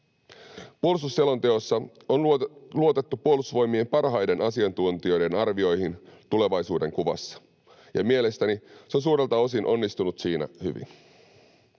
Puolustusselonteossa on luotettu Puolustusvoimien parhaiden asiantuntijoiden arvioihin tulevaisuudenkuvassa, ja mielestäni se on suurelta osin onnistunut siinä hyvin.